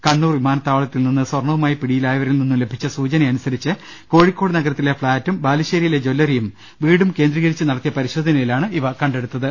കണ്ണൂർ വിമാനത്താവളത്തിൽ നിന്ന് സ്വർണവുമായി പിടിയിലായവരിൽ നിന്നും ലഭിച്ച സൂചനയനുസരിച്ച് കോഴിക്കോട് നഗരത്തിലെ ഫ്ളാറ്റും ബാലുശേരിയിലെ ജല്ലറിയും വീടും കേന്ദ്രീകരിച്ച് നടത്തിയ പരിശോധനയിലാണ് ഇവ കണ്ടെടു ത്തത്